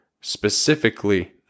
specifically